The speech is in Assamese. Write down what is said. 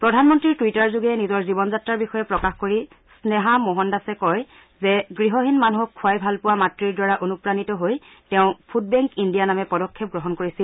প্ৰধানমন্ত্ৰীৰ টুইটাৰযোগে নিজৰ জীৱন যাত্ৰাৰ বিষয়ে প্ৰকাশ কৰি স্নেহা মোহনদসে কয় যে গৃহহীন মানুহক খোৱাই ভাল পোৱা মাত়ৰ দ্বাৰা অনুপ্ৰাণিত হৈ তেওঁ ফুডবেংক ইণ্ডিয়া নামে পদক্ষেপ গ্ৰহণ কৰিছিল